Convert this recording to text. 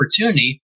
opportunity